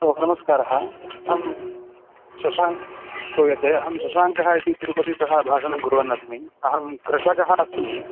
hello नमस्कारः अहं शशाङ्कः श्रूयते अहं शशाङ्कः इति तिरुपतितः भाषणं कुर्वन्नस्मि अहं कृषकः अस्मि